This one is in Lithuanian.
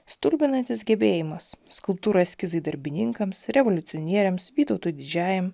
stulbinantis gebėjimas skulptūrų eskizai darbininkams revoliucionieriams vytautui didžiajam